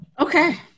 Okay